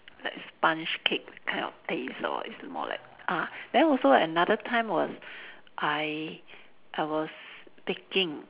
like sponge cake that kind of taste lor it's more like ah then also another time was I I was baking